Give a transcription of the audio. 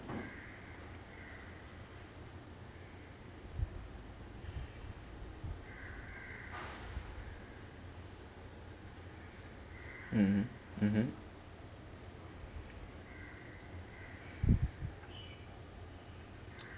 mmhmm mmhmm